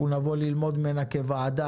אנחנו נבוא ללמוד ממנה כוועדה,